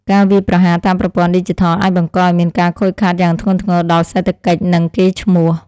ការវាយប្រហារតាមប្រព័ន្ធឌីជីថលអាចបង្កឱ្យមានការខូចខាតយ៉ាងធ្ងន់ធ្ងរដល់សេដ្ឋកិច្ចនិងកេរ្តិ៍ឈ្មោះ។